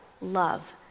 love